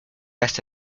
este